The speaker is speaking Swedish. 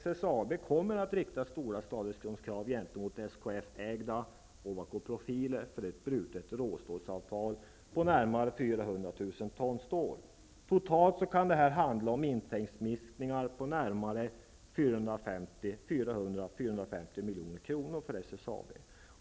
SSAB kommer att rikta stora skadeståndskrav gentemot SKF-ägda Ovako Profiler för ett brutet råstålsavtal som gäller ca 400 000 ton stål. Det kan handla om intäktsminskningar på totalt ca 400-- 450 milj.kr för SSAB.